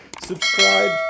subscribe